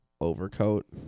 overcoat